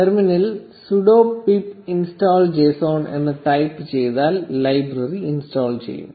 ടെർമിനലിൽ sudo pip install json എന്ന് type ചെയ്താൽ ലൈബ്രറി ഇൻസ്റ്റാൾ ചെയ്യും